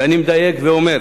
ואני מדייק ואומר: